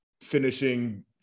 finishing